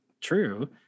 true